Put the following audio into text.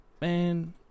man